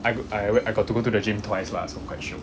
I could I I got to go to the gym twice lah so quite shiok